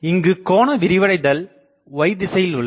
இங்குக் கோண விரிவடைதல் y திசையில் உள்ளது